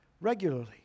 regularly